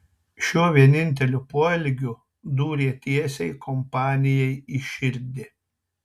šiuo vieninteliu poelgiu dūrė tiesiai kompanijai į širdį